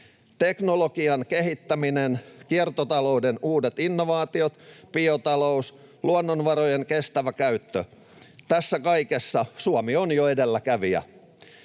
teknologian kehittäminen, kiertotalouden uudet innovaatiot, biotalous, luonnonvarojen kestävä käyttö — tässä kaikessa Suomi on jo edelläkävijä.